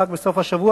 רק בסוף השבוע,